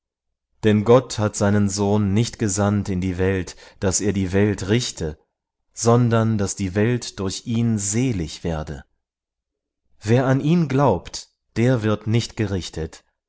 denn gott hat seinen sohn nicht gesandt in die welt daß er die welt richte sondern daß die welt durch ihn selig werde wer an ihn glaubt der wird nicht gerichtet